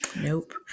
Nope